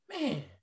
Man